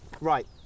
Right